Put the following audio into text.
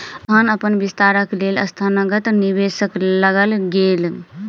संस्थान अपन विस्तारक लेल संस्थागत निवेशक लग गेल